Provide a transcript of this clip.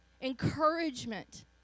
encouragement